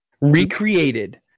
Recreated